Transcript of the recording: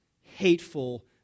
hateful